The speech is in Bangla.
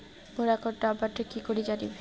মোর একাউন্ট নাম্বারটা কি করি জানিম?